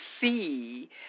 see